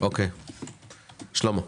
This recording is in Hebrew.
שלמה.